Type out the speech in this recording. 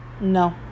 no